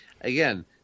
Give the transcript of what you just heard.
Again